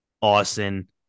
Austin